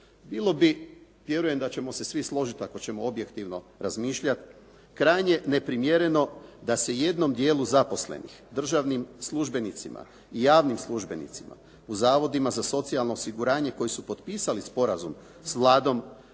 Bilo bi, vjerujem da ćemo se svi složiti ako ćemo objektivno razmišljati, krajnje neprimjereno da se jednom dijelu zaposlenih državnim službenicima i javnim službenicima u zavodima za socijalno osiguranje koji su potpisali sporazum s Vladom